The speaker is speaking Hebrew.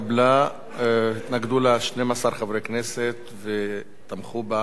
התנגדו לה 12 חברי כנסת ותמכו בה ארבעה חברי כנסת.